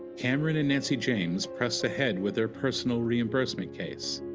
cameron and nancy james press ahead with their personal reimbursement case.